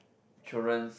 children's